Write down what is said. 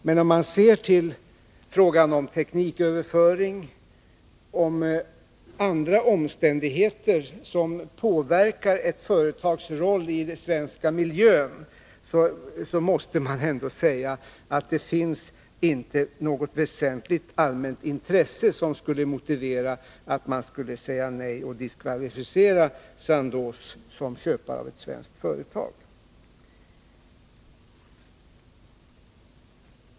Men om man ser till frågan om tekniköverföring och andra omständigheter som påverkar ett företags roll i den svenska miljön, måste man ändå säga att det inte finns något väsentligt allmänt intresse som skulle motivera att man skulle säga nej och diskvalificera Sandoz som köpare av ett svenskt företag.